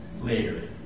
later